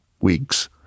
weeks